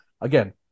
again